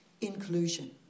inclusion